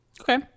Okay